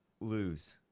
lose